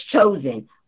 chosen